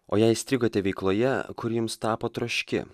o jei įstrigote veikloje kuri jums tapo troški